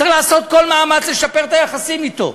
צריך לעשות כל מאמץ לשפר את היחסים אתו.